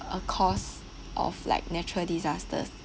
a cause of like natural disasters